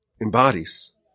embodies